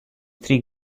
three